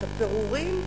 את הפירורים,